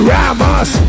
Ramos